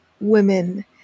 women